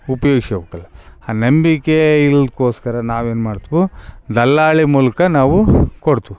ಉಪ್ಯೋಗಿಸ್ಕೋಬೇಕಲ್ಲ ಆ ನಂಬಿಕೆ ಇಲ್ಕೋಸ್ಕರ ನಾವೇನು ಮಾಡ್ತುವು ದಲ್ಲಾಳಿ ಮೂಲಕ ನಾವು ಕೊಡ್ತುವು